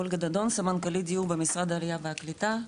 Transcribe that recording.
אולגה דדון, סמנכ"לית דיור במשרד העלייה והקליטה.